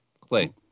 Clay